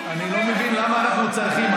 אני לא מבין למה אנחנו צריכים,